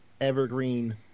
evergreen